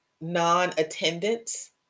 non-attendance